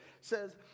says